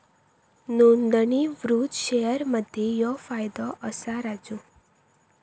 नोंदणीकृत शेअर मध्ये ह्यो फायदो असा राजू